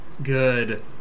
good